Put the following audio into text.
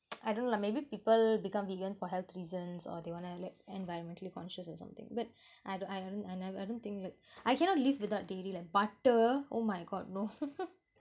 I don't know lah maybe people become vegan for health reasons or they wanna like environmentally conscious or something but I d~ I do~ I don't think like I cannot live without dairy leh butter oh my god no